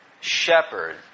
shepherd